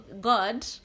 God